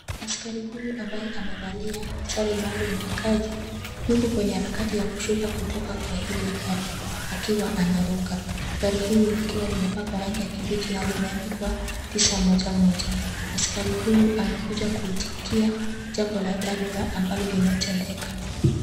Askari huyu ambaye amevalia sare maalum ya kazi yuko kwenye harakati ya kushuka kutoka kwa hili gari akiwa anaruka. Gari hili likiwa limepakwa rangi ya kibichi na limeandikwa 911 . Askari huyu amekuja kuitikia jambo la dharura ambalo limetendeka.